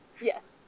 Yes